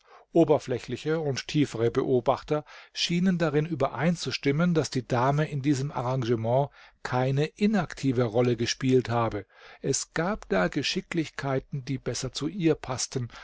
oberflächliche und tiefere beobachter schienen darin übereinzustimmen daß die dame in diesem arrangement keine inaktive rolle gespielt habe es gab da geschicklichkeiten die besser zu ihr paßten